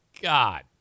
god